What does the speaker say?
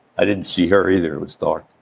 i didn't see her, either. it was dark